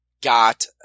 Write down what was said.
got